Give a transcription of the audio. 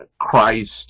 christ